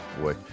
boy